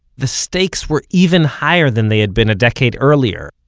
the stakes were even higher than they had been a decade earlier,